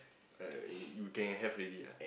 uh you can have already ah